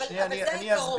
אבל זה העיקרון.